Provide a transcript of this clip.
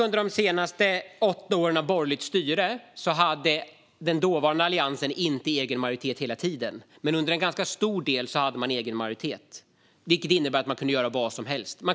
Under de åtta åren av borgerligt styre hade Alliansen egen majoritet under en stor del av tiden, vilket innebar att man kunde göra vad som helst.